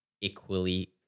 equally